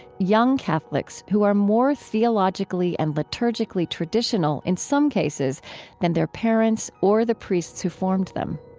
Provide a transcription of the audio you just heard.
young catholics who are more theologically and liturgically traditional in some cases than their parents or the priests who formed them